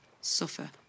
suffer